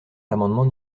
l’amendement